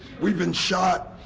we've been shot.